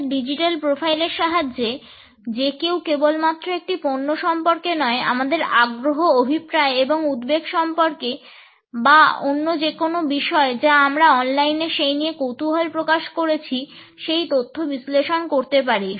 আমাদের ডিজিটাল প্রোফাইলের সাহায্যে যে কেউ কেবলমাত্র একটি পণ্য সম্পর্কে নয় আমাদের আগ্রহ অভিপ্রায় এবং উদ্বেগ সম্পর্কে বা অন্য যেকোন বিষয় যা আমরা অনলাইনে সেই নিয়ে কৌতূহল প্রকাশ করেছি সেটির তথ্য বিশ্লেষণ করতে পারে